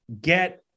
get